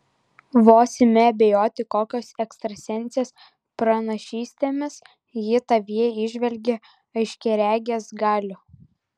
vos imi abejoti kokios ekstrasensės pranašystėmis ji tavyje įžvelgia aiškiaregės galių